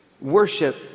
worship